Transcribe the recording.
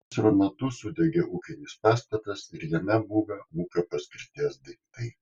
gaisro metu sudegė ūkinis pastatas ir jame buvę ūkio paskirties daiktai